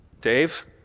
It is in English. Dave